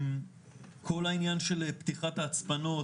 כל העניין של פתיחת ההצפנות,